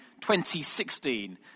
2016